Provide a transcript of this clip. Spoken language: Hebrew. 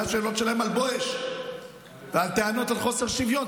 היו שאלות שלהם על בואש ועל טענות לחוסר שוויון.